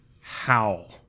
howl